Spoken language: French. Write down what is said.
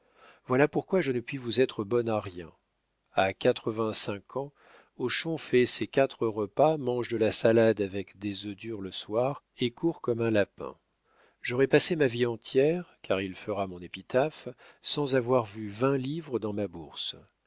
voici pourquoi je ne puis vous être bonne à rien à quatre-vingt-cinq ans hochon fait ses quatre repas mange de la salade avec des œufs durs le soir et court comme un lapin j'aurai passé ma vie entière car il fera mon épitaphe sans avoir vu vingt livres dans ma bourse